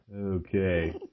Okay